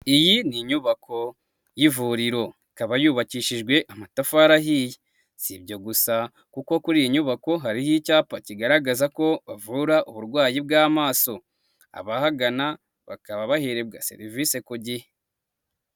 Iyi ni inyubako y'ivuriro, ikaba yubakishijwe amatafari ahiye, si ibyo gusa kuko kuri iyi nyubako hariho icyapa kigaragaza ko bavura uburwayi bw'amaso, abahagana bakaba baherebwa serivisi ku gihe.